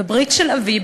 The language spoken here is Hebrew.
בברית של אבי,